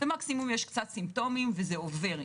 ומקסימום יש קצת סימפטומים וזה עובר.